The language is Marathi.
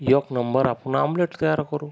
एक नंबर आपण आम्लेट तयार करू